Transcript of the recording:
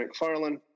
McFarlane